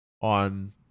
on